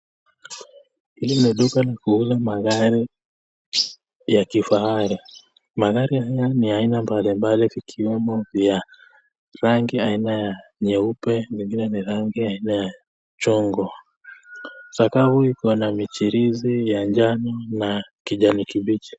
Hili ni duka la kuuza magari ya kifahari. Magari haya ni vya aina mbalimbali vikiwemo vya rangi aina ya nyeupe mengine ni rangi ya chungwa .Sakafu iko na michirizi ya njano na kijani kibichi.